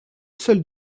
seul